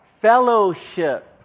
Fellowship